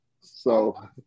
So-